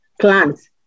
plants